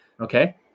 okay